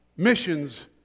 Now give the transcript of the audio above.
missions